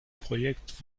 projekt